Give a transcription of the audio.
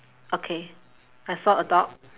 okay I saw a dog